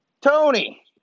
Tony